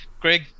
Greg